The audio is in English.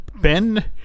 Ben—